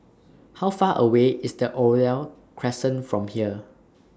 How Far away IS Oriole Crescent from here